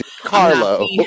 carlo